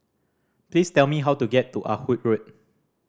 please tell me how to get to Ah Hood Road